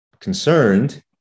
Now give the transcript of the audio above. concerned